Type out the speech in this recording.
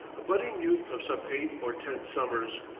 a budding youth of some eight or ten summers,